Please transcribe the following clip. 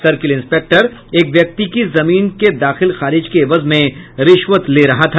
circle inspector एक व्यक्ति के जमीन के दाखिल खारिज के एवज में रिश्वत ले रहा था